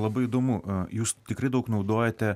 labai įdomu a jūs tikrai daug naudojate